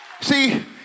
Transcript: see